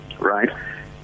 right